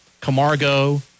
Camargo